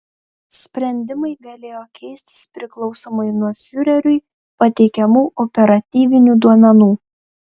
sprendimai galėjo keistis priklausomai nuo fiureriui pateikiamų operatyvinių duomenų